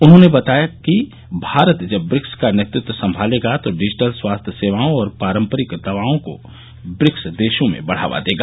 उन्होंने कहा कि भारत जब ब्रिक्स का नेतृत्व संभालेगा तो डिजिटल स्वास्थ्य सेवाओं और पारपरिक दवाओं को ब्रिक्स देशों में बढ़ावा देगा